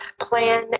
plan